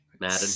Madden